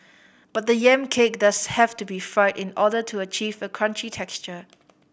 but the yam cake does have to be fried in order to achieve a crunchy texture